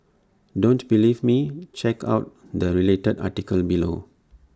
don't believe me check out the related articles below